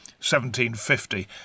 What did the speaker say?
1750